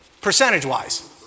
percentage-wise